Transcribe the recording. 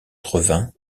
revint